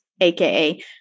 aka